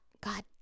god